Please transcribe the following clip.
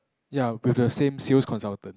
ya go the same sales consultant